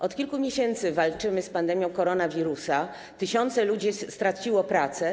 Od kilku miesięcy walczymy z pandemią koronawirusa, tysiące ludzi straciło pracę.